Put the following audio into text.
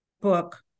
book